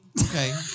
Okay